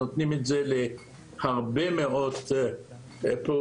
נותנים את זה להרבה מאוד פעולות.